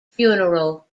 funeral